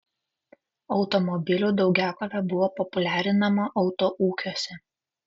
automobilių daugiakovė buvo populiarinama autoūkiuose